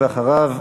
ואחריו,